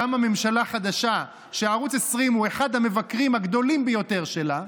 קמה ממשלה חדשה שערוץ 20 הוא אחד המבקרים הגדולים ביותר שלה,